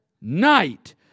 night